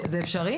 זה אפשרי?